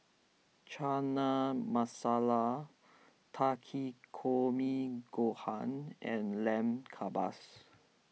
Chana Masala Takikomi Gohan and Lamb Kebabs